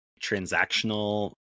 transactional